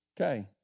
Okay